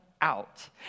out